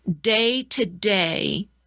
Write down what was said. day-to-day